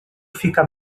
fica